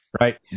right